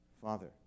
Father